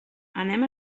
anem